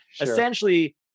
Essentially